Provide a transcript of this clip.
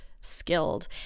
skilled